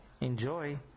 Enjoy